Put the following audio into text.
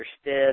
stiff